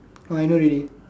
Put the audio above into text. oh I know already